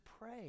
pray